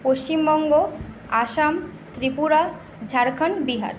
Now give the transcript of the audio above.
Paschimbanga Assam Tripura Jharkhand Bihar